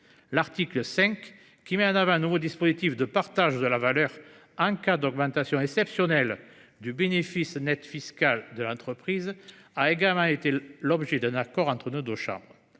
L’article 5, qui met en œuvre un nouveau dispositif de partage de la valeur en cas d’augmentation exceptionnelle du bénéfice net fiscal de l’entreprise, a également fait l’objet d’un accord entre nos deux chambres.